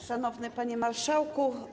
Szanowny Panie Marszałku!